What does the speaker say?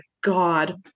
god